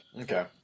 Okay